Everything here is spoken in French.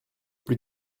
plus